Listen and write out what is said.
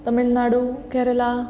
Tamil Nadu Kerala